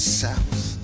south